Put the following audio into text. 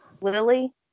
Lily